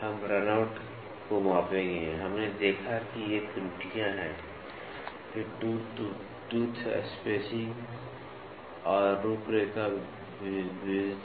हम रनआउट को मापेंगे हमने देखा कि ये त्रुटियां हैं फिर टूथ टू टूथ स्पेसिंग और रूपरेखा विविधता